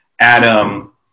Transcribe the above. Adam